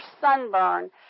sunburn